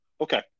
okay